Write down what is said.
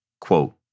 Quote